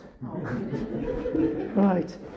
right